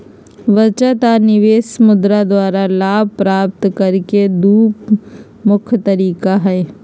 बचत आऽ निवेश मुद्रा द्वारा लाभ प्राप्त करेके दू मुख्य तरीका हई